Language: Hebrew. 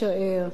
אני חושבת,